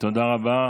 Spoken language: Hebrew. תודה רבה.